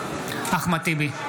טיבי,